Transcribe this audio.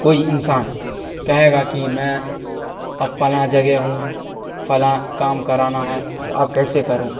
کوئی انسان کہے گا کہ میں اب فلاں جگہ ہوں فلاں کام کرانا ہے تو اب کیسے کروں